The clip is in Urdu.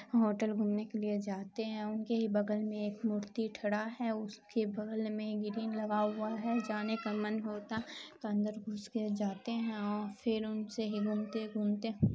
ہوٹل گھومنے کے لیے جاتے ہیں ان کے ہی بغل میں ایک مورتی کھڑا ہے اس کے بغل میں گرین لگا ہوا ہے جانے کا من ہوتا کے اندر گھس کے جاتے ہیں اور پھر ان سے ہی گھومتے گھومتے